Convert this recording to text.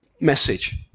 message